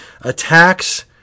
attacks